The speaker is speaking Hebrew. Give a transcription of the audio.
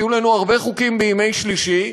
שיהיו לנו הרבה חוקים בימי שלישי,